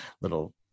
little